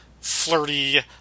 flirty